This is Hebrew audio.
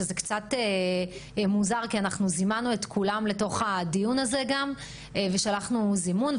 שזה קצת מוזר כי אנחנו זימנו את כולם לתוך הדיון הזה ושלחנו זימון.